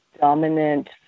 dominant